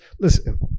listen